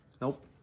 Nope